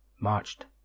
marched